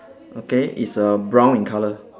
okay it's err brown in color